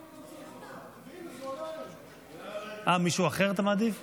אתה מעדיף בסוף?